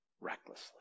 recklessly